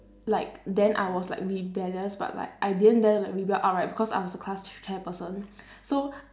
like then I was like rebellious but like I didn't dare to rebel outright because I was the class chairperson so